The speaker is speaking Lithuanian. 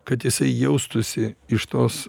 kad jisai jaustųsi iš tos